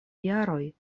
jaroj